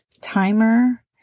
timer